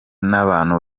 n’abantu